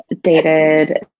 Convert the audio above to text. dated